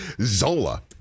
Zola